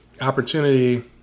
opportunity